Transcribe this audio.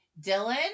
Dylan